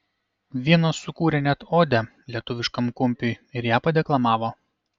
vienas sukūrė net odę lietuviškam kumpiui ir ją padeklamavo